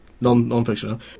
non-fiction